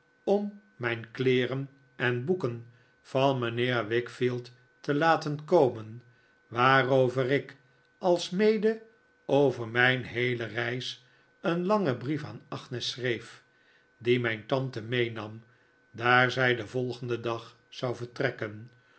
om mijn kleeren en boeken van mijnheer wickfield te laten komen waarover ik alsmede over mijn heele reis een langen brief aan agnes schreef dien mijn tante meenam daar zij den volgenden dag zou vertrekken